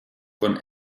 von